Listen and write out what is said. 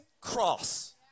cross